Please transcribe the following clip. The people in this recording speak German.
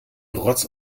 rotz